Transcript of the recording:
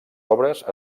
obres